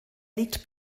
liegt